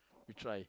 we try